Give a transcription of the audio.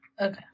Okay